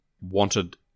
wanted